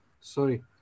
Sorry